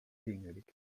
pingelig